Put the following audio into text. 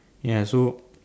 ya so